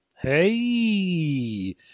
Hey